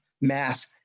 mass